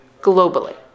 globally